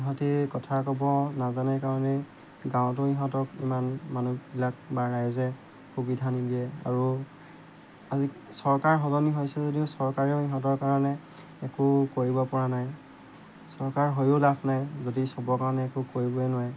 ইহঁতি কথা ক'ব নাজানে কাৰণেই গাঁৱতো ইহঁতক ইমান মানুহবিলাক বা ৰাইজে সুবিধা নিদিয়ে আৰু আজি চৰকাৰ সলনি হৈছে যদিও চৰকাৰেও ইহঁতৰ কাৰণে একো কৰিব পৰা নাই চৰকাৰ হৈও লাভ নাই যদি চবৰ কাৰণে একো কৰিবই নোৱাৰে